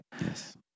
Yes